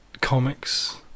comics